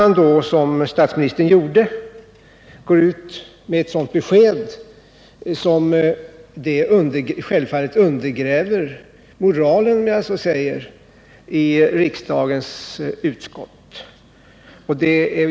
När statsministern gick ut med sitt besked undergrävde det självfallet, om jag så får säga, moralen i riksdagens utskott.